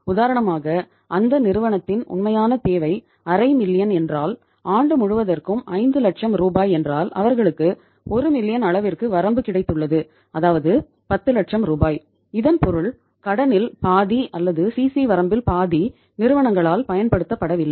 உதாரணமாக அந்த நிறுவனதின் உண்மையான தேவை அரை மில்லியன் வரம்பில் பாதி நிறுவனங்களால் பயன்படுத்தப்படவில்லை